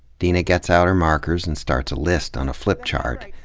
deena gets out her markers and starts a list on a flip-chart.